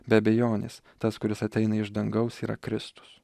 be abejonės tas kuris ateina iš dangaus yra kristus